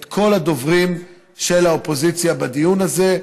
את כל הדוברים של האופוזיציה בדיון הזה,